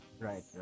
Right